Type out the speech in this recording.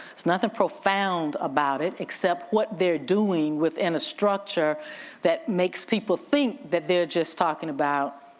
it's nothing profound about it except what they're doing within a structure that makes people think that they're just talking about,